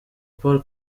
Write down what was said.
paul